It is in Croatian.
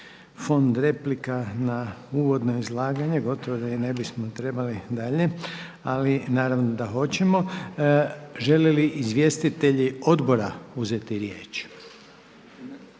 fond replika na uvodno izlaganje, gotovo da i ne bismo trebali dalje. Ali naravno da hoćemo. Žele li izvjestitelji odbora uzeti riječ?